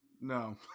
no